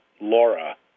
laura